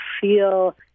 feel